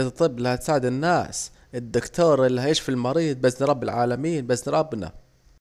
الطب الي هتساعد الناس الدكتور الي هيشفي المريض بازن رب العالمين بازن ربنا